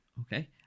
okay